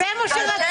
זה מה שרציתי,